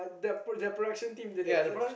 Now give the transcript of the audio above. that pro~ their production team did it is it